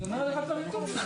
אני אומר עליך דברים טובים.